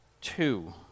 two